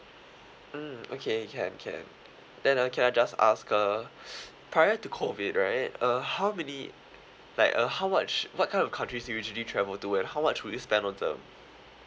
mm okay can can then uh can I just ask uh prior to COVID right uh how many like uh how much what kind of countries do you usually travel to and how much would you spend on them